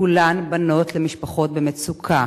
כולן בנות למשפחות במצוקה.